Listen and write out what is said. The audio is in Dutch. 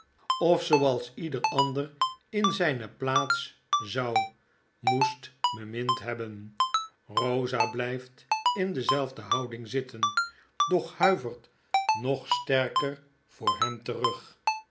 ieder ander in zyne plaats zou moest bemind hebben rosa blyft in dezelfde houding zitten doch huivert nog sterker voor hem terug